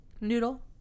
noodle